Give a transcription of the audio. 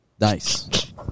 Nice